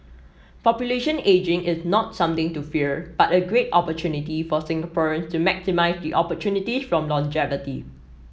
population ageing is not something to fear but a great opportunity for Singaporeans to maximise the opportunities from longevity